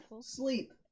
sleep